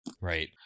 Right